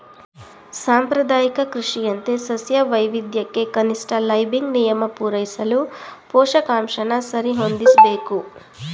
ಸಾಂಪ್ರದಾಯಿಕ ಕೃಷಿಯಂತೆ ಸಸ್ಯ ವೈವಿಧ್ಯಕ್ಕೆ ಕನಿಷ್ಠ ಲೈಬಿಗ್ ನಿಯಮ ಪೂರೈಸಲು ಪೋಷಕಾಂಶನ ಸರಿಹೊಂದಿಸ್ಬೇಕು